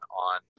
on